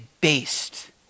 based